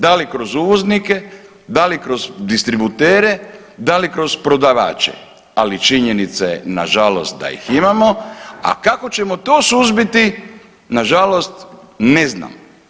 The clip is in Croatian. Da li kroz uvoznike, da li kroz distributere, da li kroz prodavače, ali činjenica je nažalost da ih imamo, a kako ćemo to suzbiti, nažalost ne znam.